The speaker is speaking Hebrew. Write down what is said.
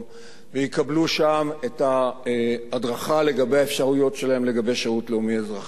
ויקבלו שם את ההדרכה לגבי האפשרויות שלהם בשירות לאומי-אזרחי.